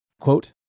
Quote